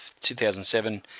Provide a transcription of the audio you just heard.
2007